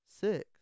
Six